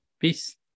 Peace